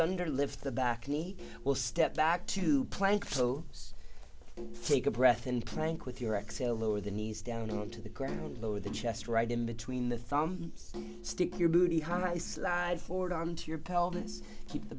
under lift the back knee will step back to plank so take a breath and crank with your exhale lower the knees down on to the ground lower the chest right in between the thumb stick your booty highside forward arm to your pelvis keep the